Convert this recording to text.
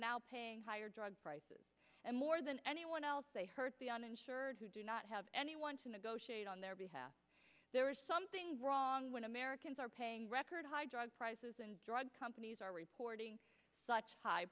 now paying higher drug prices and more than anyone else they hurt the uninsured who do not have anyone to negotiate on their behalf there is something wrong when americans are paying record high drug prices and drug companies are reporting such hi